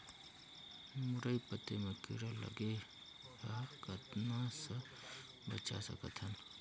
मुरई पतई म कीड़ा लगे ह कतना स बचा सकथन?